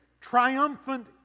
triumphant